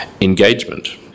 engagement